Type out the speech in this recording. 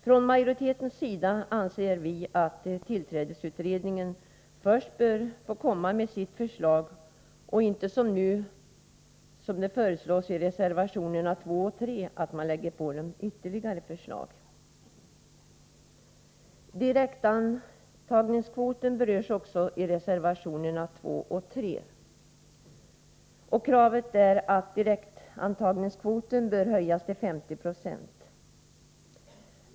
Från majoritetens sida anser vi att tillträdesutredningen först bör få komma med sitt förslag innan vi, som föreslås i reservationerna 2 och 3, lägger på den ytterligare uppgifter. Direktantagningskvoten berörs i reservationerna 2 och 3. Kravet är att direktantagningskvoten skall höjas till 50 96.